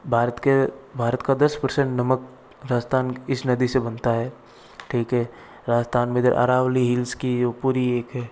भारत के भारत का दस परसेंट नमक राजस्थान की इस नदी से बनता है ठीक है राजस्थान में जो अरावली हिल्स की जो पूरी एक है